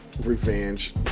Revenge